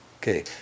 Okay